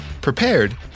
prepared